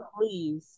please